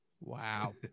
Wow